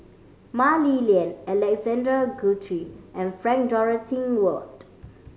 Mah Li Lian Alexander Guthrie and Frank Dorrington Ward